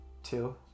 Two